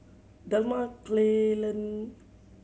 Delmar Kaylyn